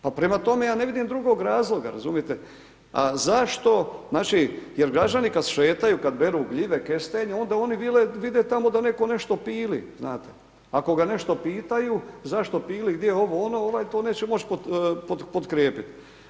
Pa prema tome ja ne vidim drugog razloga razumijete, a zašto, jer građani kad šetaju, kad beru gljive, kestenje onda oni vide tamo da neko nešto pili, znate, ako ga nešto pitaju zašto pili gdje ovo, ono, ovaj to neće moć potkrijepit.